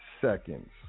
seconds